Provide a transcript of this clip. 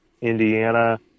Indiana